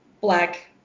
black